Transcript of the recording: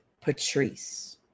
Patrice